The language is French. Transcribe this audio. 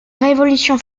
révolution